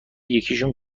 یکیشون